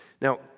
Now